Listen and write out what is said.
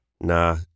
Nah